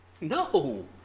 no